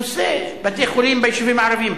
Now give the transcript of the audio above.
נושא בתי-החולים ביישובים הערביים,